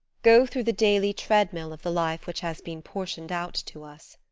go through the daily treadmill of the life which has been portioned out to us.